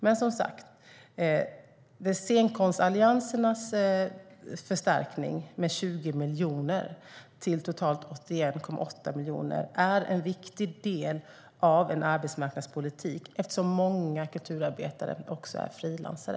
Men som sagt: Scenkonstalliansernas förstärkning med 20 miljoner, till totalt 81,8 miljoner, är en viktig del av en arbetsmarknadspolitik, eftersom många kulturarbetare också är frilansare.